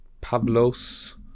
Pablos